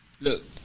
Look